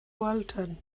walton